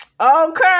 Okay